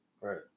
Right